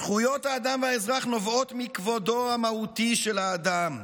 זכויות האדם והאזרח נובעות מכבודו המהותי של האדם,